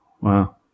Wow